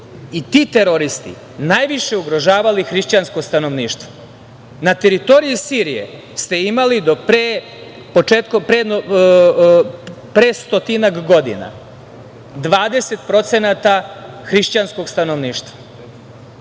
i ti teroristi najviše ugrožavali hrišćansko stanovništvo. Na teritoriji Sirije ste imali pre stotinak godina 20% hrišćanskog stanovništva.